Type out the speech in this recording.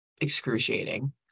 excruciating